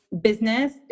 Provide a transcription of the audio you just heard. business